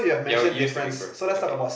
yeah we use to be okay